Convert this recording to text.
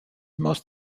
most